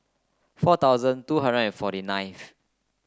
four thousand two hundred and forty ninth